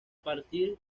partir